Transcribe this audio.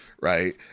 right